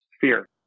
fear